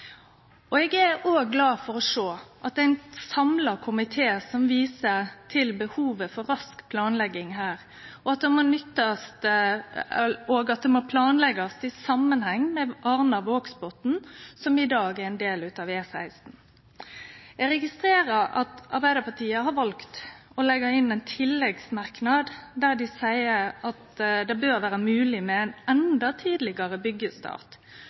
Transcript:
løysing. Eg er òg glad for å sjå at det er ein samla komité som viser til behovet for rask planlegging her, og at det må planleggjast i samanheng med Arna–Vågsbotn, som i dag er ein del av E16. Eg registrerer at Arbeidarpartiet har valt å leggje inn ein tilleggsmerknad der dei seier at det bør vere mogleg med ein endå tidlegare